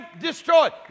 destroyed